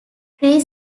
tree